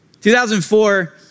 2004